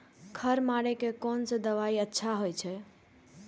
खर मारे के कोन से दवाई अच्छा होय छे?